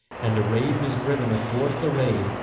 and a raid was driven athwart the raid,